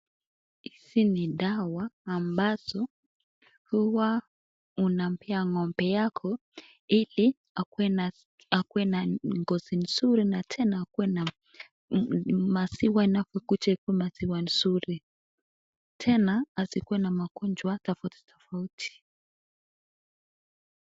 Hizi ni dawa ambazo huwa unampea ngombe yako hili akuwe na ngozi mzuri na tena maziwa na ikuwe maziwa nzuri .Tena hasikuwe na magonjwa tofauti tofauti .